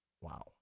wow